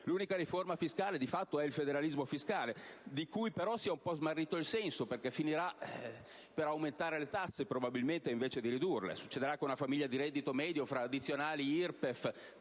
L'unica riforma fiscale, di fatto, è il federalismo fiscale, di cui però si è un po' smarrito il senso, perché probabilmente finirà per aumentare le tasse anziché ridurle: succederà che una famiglia di reddito medio, fra addizionali IRPEF,